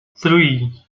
three